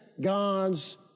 God's